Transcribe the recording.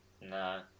No